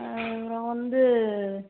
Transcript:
அப்பறம் வந்து